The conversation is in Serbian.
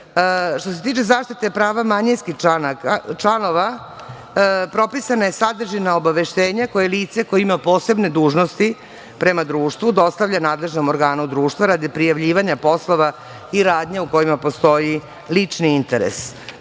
se tiče zaštite prava manjinskih članova, propisana je sadržina obaveštenja koje lice koje ima posebne dužnosti prema društvu dostavlja nadležnom organu društva radi prijavljivanja poslova i radnji u kojima postoji lični interes.